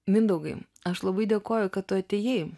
mindaugai aš labai dėkoju kad tu atėjai